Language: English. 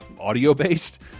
audio-based